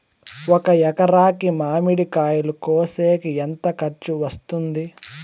ఒక ఎకరాకి మామిడి కాయలు కోసేకి ఎంత ఖర్చు వస్తుంది?